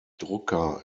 drucker